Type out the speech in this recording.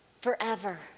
forever